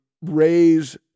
raise